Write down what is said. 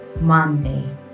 Monday